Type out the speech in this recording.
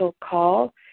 call